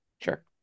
sure